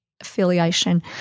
affiliation